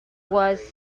was